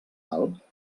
alt